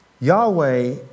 Yahweh